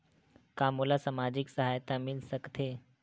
का मोला सामाजिक सहायता मिल सकथे?